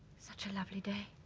such a lovely day.